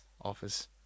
Office